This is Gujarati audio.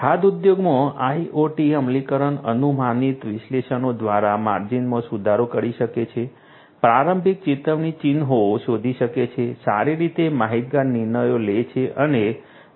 ખાદ્ય ઉદ્યોગમાં IoT અમલીકરણ અનુમાનિત વિશ્લેષણો દ્વારા માર્જિનમાં સુધારો કરી શકે છે પ્રારંભિક ચેતવણી ચિહ્નો શોધી શકે છે સારી રીતે માહિતગાર નિર્ણયો લે છે અને નફો વધારી શકે છે